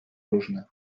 różne